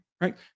right